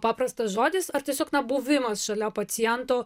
paprastas žodis ar tiesiog na buvimas šalia paciento